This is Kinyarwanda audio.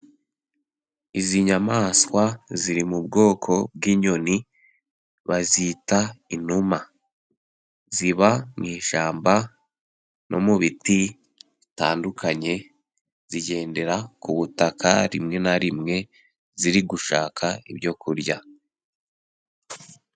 Izi nyamanswa ziri mu bwoko bw'inyoni bazita inuma, ziba mu ishyamba, no mu biti bitandukanye, zigendera ku butaka rimwe na rimwe, ziri gushaka ibyokurya.